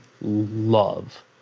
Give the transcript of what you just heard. love –